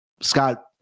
Scott